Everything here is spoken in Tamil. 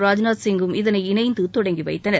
ராஜ்நாத் சிங்கும் இதனை இணைந்து தொடங்கி வைத்தனர்